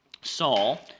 Saul